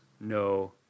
no